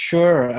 Sure